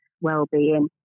well-being